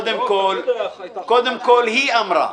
קודם כול, היא אמרה.